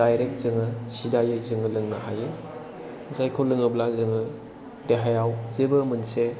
direct जोङो सिदायै जोङो लोंनो हायो जायखौ लोङोब्ला जोङो देहायाव जेबो मोनसे